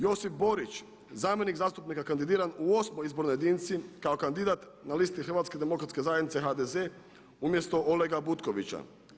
Josip Borić zamjenik zastupnika kandidiran u osmoj izbornoj jedinici kao kandidat na listi Hrvatske demokratske zajednice HDZ umjesto Olega Butkovića.